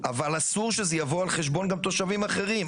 אבל אסור שזה יבוא על חשבון תושבים אחרים.